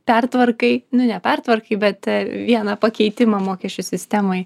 pertvarkai nu ne pertvarkai bet vieną pakeitimą mokesčių sistemoj